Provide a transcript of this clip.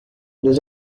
this